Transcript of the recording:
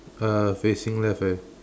uh facing left eh